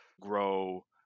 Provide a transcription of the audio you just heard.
grow